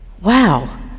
wow